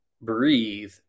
breathe